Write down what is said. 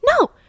no